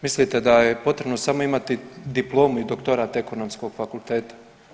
Mislite da je potrebno samo imati diplomu i doktorat Ekonomskog fakulteta?